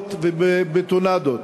גדרות ובטונדות.